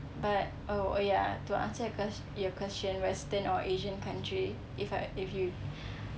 but oh oh ya to answer your question western or asian country if I if you